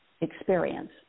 experience